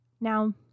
Now